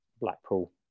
Blackpool